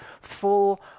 full